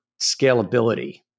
scalability